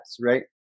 right